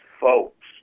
folks